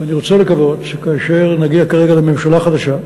ואני רוצה לקוות שכאשר נגיע כרגע לממשלה חדשה,